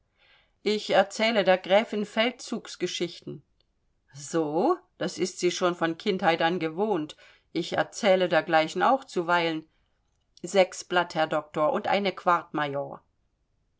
ich erzähle der gräfin feldzugsgeschichten so das ist sie schon von kindheit an gewohnt ich erzähle dergleichen auch zuweilen sechs blatt herr doktor und eine